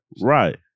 Right